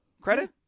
credit